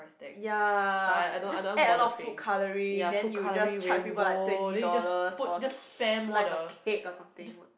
ya just add a lot of food colouring then you just charged people like twenty dollars for a ca~ slice of cake or something